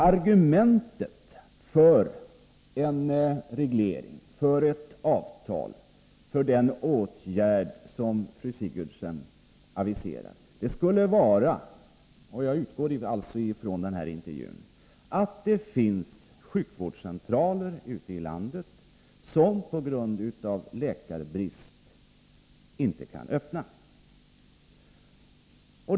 Argumentet för en reglering, för ett avtal, för den åtgärd som fru Sigurdsen aviserar, skulle vara att det finns sjukvårdscentraler ute i landet som på grund av läkarbrist inte kan öppna.